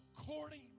according